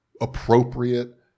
appropriate